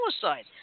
suicide